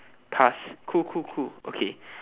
past cool cool cool okay